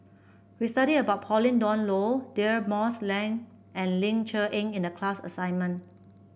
we studied about Pauline Dawn Loh Deirdre Moss and Ling Cher Eng in the class assignment